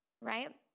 Right